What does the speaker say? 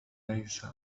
ليس